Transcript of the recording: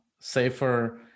safer